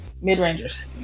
mid-rangers